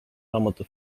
raamatu